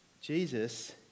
Jesus